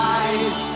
eyes